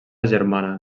germana